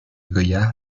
goya